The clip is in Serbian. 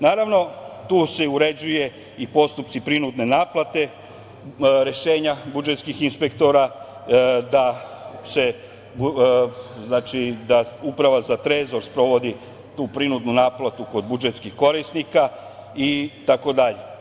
Naravno, tu se uređuju i postupci prinudne naplate, rešenja budžetskih inspektora da Uprava za Trezor sprovodi tu prinudnu naplatu kod budžetskih korisnika itd.